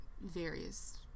various